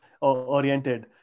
oriented